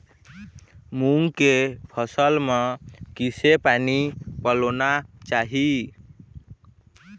मूंग के फसल म किसे पानी पलोना चाही?